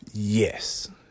Yes